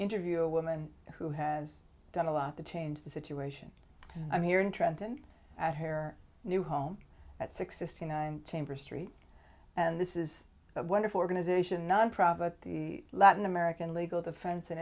interview a woman who has done a lot to change the situation and i'm here in trenton at her new home at six fifteen nineteen for street and this is a wonderful organization a nonprofit the latin american legal defense